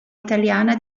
italiana